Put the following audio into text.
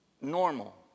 Normal